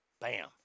Bam